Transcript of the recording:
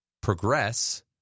progress